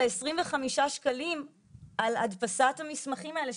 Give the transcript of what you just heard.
לעשרים וחמישה שקלים על הדפסת המסמכים האלה,